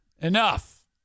enough